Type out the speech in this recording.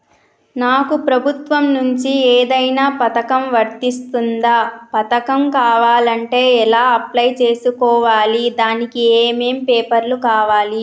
నాకు ప్రభుత్వం నుంచి ఏదైనా పథకం వర్తిస్తుందా? పథకం కావాలంటే ఎలా అప్లై చేసుకోవాలి? దానికి ఏమేం పేపర్లు కావాలి?